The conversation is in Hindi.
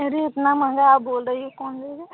अरे इतना महँगा आप बोल रही है कौन लेगा